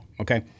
Okay